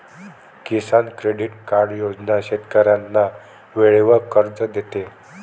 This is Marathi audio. किसान क्रेडिट कार्ड योजना शेतकऱ्यांना वेळेवर कर्ज देते